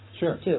Sure